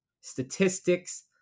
statistics